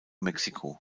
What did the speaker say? mexiko